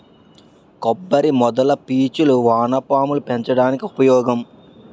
కొబ్బరి మొదల పీచులు వానపాములు పెంచడానికి ఉపయోగం